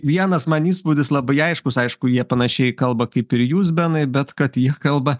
vienas man įspūdis labai aiškus aišku jie panašiai kalba kaip ir jūs benai bet kad jie kalba